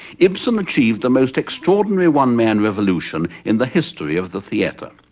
ibsen achieved the most extraordinary one-man revolution in the history of the theater.